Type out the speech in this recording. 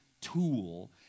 tool